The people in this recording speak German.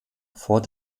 vor